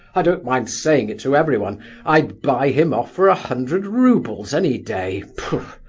i don't mind saying it to everyone i'd buy him off for a hundred roubles, any day pfu!